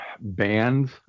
bands